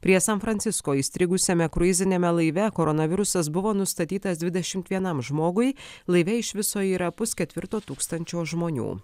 prie san francisko įstrigusiame kruiziniame laive koronavirusas buvo nustatytas dvidešimt vienam žmogui laive iš viso yra pusketvirto tūkstančio žmonių